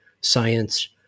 science